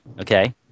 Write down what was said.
Okay